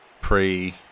pre